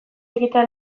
egitea